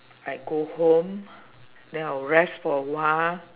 I go home then I will rest for awhile